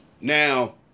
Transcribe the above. now